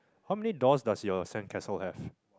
how many doors does your sandcastle have